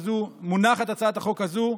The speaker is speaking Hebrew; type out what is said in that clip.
מונחת הצעת החוק הזו,